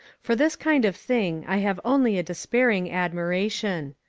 for this kind of thing i have only a despairing admiration.